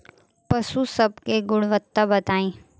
पशु सब के गुणवत्ता बताई?